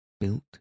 built